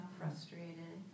frustrated